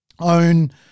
own